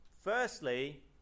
firstly